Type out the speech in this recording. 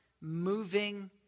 moving